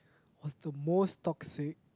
was the most toxic